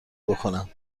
بکنم